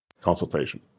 consultation